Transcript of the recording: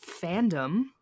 fandom